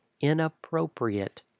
inappropriate